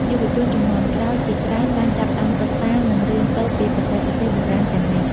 យុវជនជំនាន់ក្រោយជាច្រើនបានចាប់ផ្តើមសិក្សា និងរៀនសូត្រពីបច្ចេកទេសបុរាណទាំងនេះ។